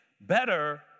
better